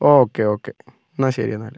okay okay എന്നാൽ ശരി എന്നാല്